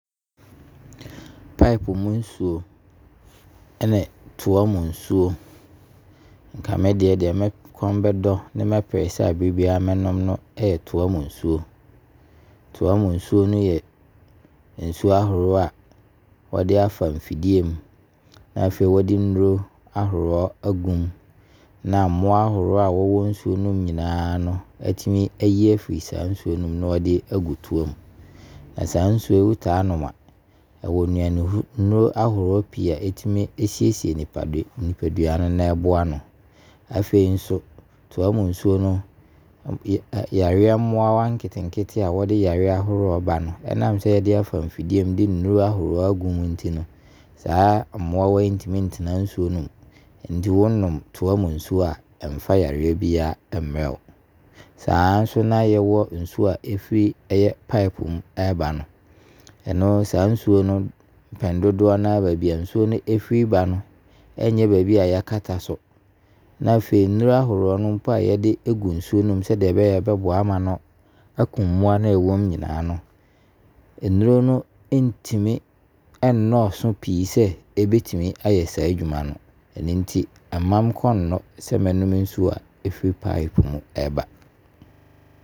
Pipe mu nsuo ɛne toa mu nsuo nka me deɛ, deɛ nkɔn bɛdɔ na mɛpɛ sɛ abrɛ biara nka mɛnom ne ɛyɛ toa mu nsuo. Toa mu nsuo no yɛ nsuo ahoroɔ a wɔde afa mfidie mu na afei wɔde nnuro ahoroɔ agu mu. Na mmoa ahoroɔ a wɔwɔ nsuo no mu no nyinaa no atumi ayi afiri saa nsuo no mu na wɔde agu toa mu. Na saa nsuo yi, wo taa nom a ɛwɔ nnuanennuro ahoroɔ pii a ɛtumi siesie nipadua no na ɛboa no. Afei nso toa mu nsuo no yareɛ mmoawa nketenkete a wo de yareɛ ahoroɔ ba no ɛnam sɛ wo de afa mfidie mu ɛde nnuro ahoroɔ agu mu nti no saa mmoawa ti ntumi ntene nsuo no mu Nti wo nom toa mu nsuo a ɛmfa yareɛ biara ɛmmerɛ wo. Saa nso na ɛyɛ nsuo a ɛfiri ɛyɛ pipe mu ɛba no, saa nsuo no mpɛn dodoɔ no a no baabi a nsuo no firi ɛba no nyɛ baabi a nsuo yɛakata so. Na afei nnuro ahoroɔ a no, mpo yɛde ɛgu nsuo no mu sɛdeɛ ɛbɛyɛ a ɛbɛboa ama no akum mmoa a ɛmu no nyinaa no, nnuro no ɛtumi ɛnnɔɔso pii sɛ ɛbɛtumi ayɛ saa adwuma no. Ɛno nti ɛmma me kɔn nnɔ sɛ mɛnnom nsuo a ɛfiri pipe mu ɛba.